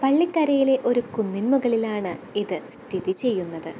പള്ളിക്കരയിലെ ഒരു കുന്നിന്മുകളിലാണ് ഇതു സ്ഥിതി ചെയ്യുന്നത്